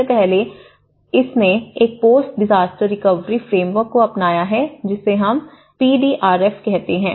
सबसे पहले इसने एक पोस्ट डिजास्टर रिकवरी फ्रेमवर्क को अपनाया है जिसे हम पी डी आर एफ कहते हैं